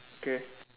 K